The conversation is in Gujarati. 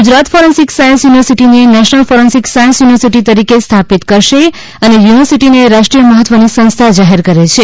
ગુજરાત ફોરેન્સિક સાયન્સ યુનિવર્સિટીને નેશનલ ફોરેન્સિક સાયન્સ યુનિવર્સિટી તરીકે સ્થાપિત કરશે અને યુનિવર્સિટીને રાષ્ટ્રીય મહત્વની સંસ્થા જાહેર કરે છે